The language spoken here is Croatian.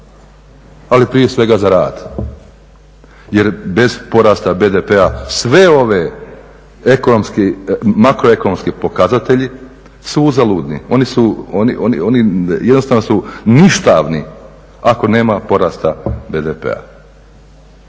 ali prije svega za rad. Jer bez porasta BDP-a svi ovi makroekonomski pokazatelji su uzaludni. Oni jednostavno su ništavni ako nema porasta BDP-a.